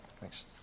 Thanks